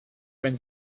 when